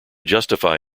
justify